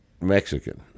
Mexican